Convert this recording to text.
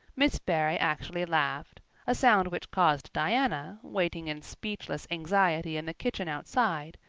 miss barry actually laughed a sound which caused diana, waiting in speechless anxiety in the kitchen outside,